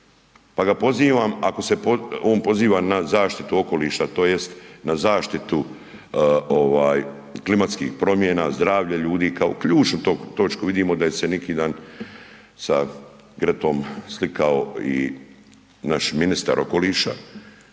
pa ga pozivam, ako se on poziva na zaštitu okoliša, tj. na zaštitu klimatskih promjena, zdravlje ljudi kao ključnu točku, vidimo da se neki dan sa Gretom slikao i naš ministar okoliša